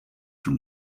from